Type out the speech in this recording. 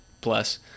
plus